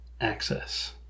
access